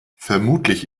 vermutlich